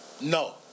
No